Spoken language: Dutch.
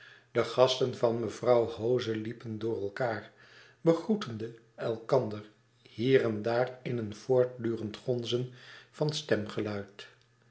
de gasten van mevrouw hoze liepen door elkaâr begroeteden elkander hier en daar in een voortdurend gonzen van stemgeluid